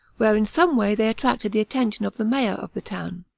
where in some way they attracted the attention of the mayor of the town.